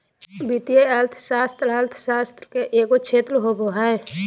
वित्तीय अर्थशास्त्र अर्थशास्त्र के एगो क्षेत्र होबो हइ